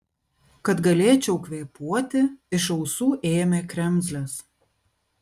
kad galėčiau kvėpuoti iš ausų ėmė kremzles